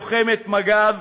לוחמת מג"ב